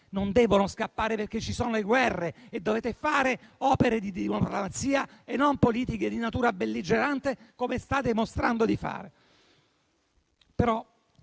i figli a scuola o perché ci sono le guerre. Dovete fare opere di diplomazia e non politiche di natura belligerante, come state mostrando di fare.